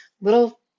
little